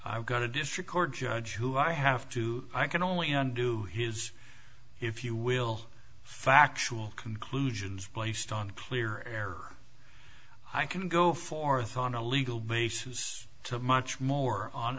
i've got a district court judge who i have to i can only undo his if you will factual conclusions placed on clear error i can go forth on a legal basis to much more on